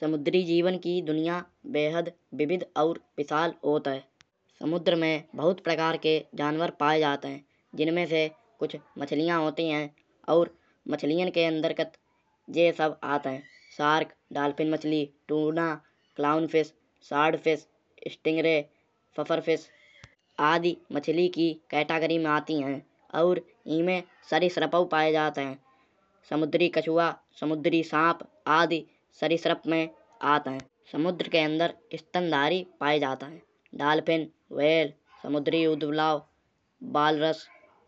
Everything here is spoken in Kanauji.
समुद्री जीवन की दुनिया बेहद विविध और विशाल होत है। समुद्र में बहुत प्रकार के जानवर पाए जात है। जिनमें से कुछ मछलिया होती है। और मछलियाँ के अंतर्गत ये सब आत है। शार्क डॉल्फिन मछली tuna clownfish sardfish stingray fugufish आदि मछली की कैटिगरी मा आती है। और ईमे सरिसृपौ पाए जात है। समुद्री कछुआ समुद्री साँप आदि सरिसृप में आत है। समुद्र के अंदर स्थंडारी पाए जात है। डॉल्फिन व्हेल समुद्री ऊदबिलाव बालरस